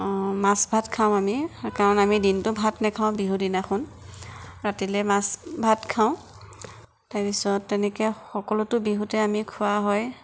মাছ ভাত খাওঁ আমি কাৰণ আমি দিনটো ভাত নাখাওঁ বিহুৰ দিনাখন ৰাতিলৈ মাছ ভাত খাওঁ তাৰপিছত তেনেকৈ সকলোতে বিহুতে আমি খোৱা হয়